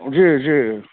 जी जी